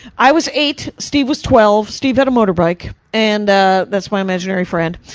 i was eight, steve was twelve. steve had a motorbike. and ah, that's my imaginary friend.